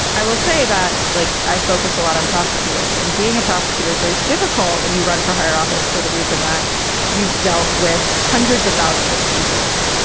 i will say that, like, i focus a lot on prosecutors and being a prosecutor is very difficult when you run for higher office for the reason that you've dealt with hundreds of thousands of cases.